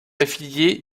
affiliée